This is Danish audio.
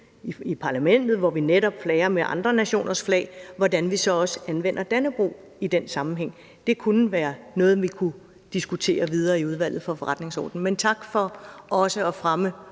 i parlamentet, hvor vi netop flager med andre nationers flag, hvordan vi så anvender Dannebrog i den sammenhæng. Det kunne være noget, vi kunne diskutere videre i Udvalget for Forretningsordenen. Men tak for også at fremhæve,